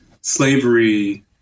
slavery